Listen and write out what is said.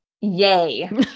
Yay